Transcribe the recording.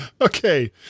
okay